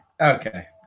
okay